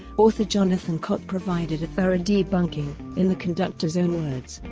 author jonathan cott provided a thorough debunking, in the conductor's own words,